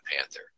Panther